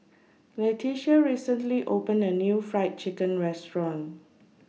Letitia recently opened A New Fried Chicken Restaurant